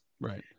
Right